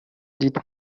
dites